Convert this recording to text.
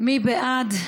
מי בעד?